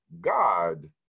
God